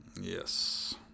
Yes